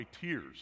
tears